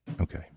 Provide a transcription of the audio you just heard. Okay